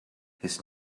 his